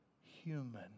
human